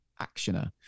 actioner